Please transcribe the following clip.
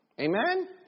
Amen